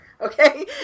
Okay